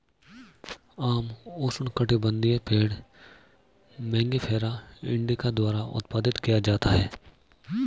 आम उष्णकटिबंधीय पेड़ मैंगिफेरा इंडिका द्वारा उत्पादित किया जाता है